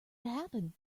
happen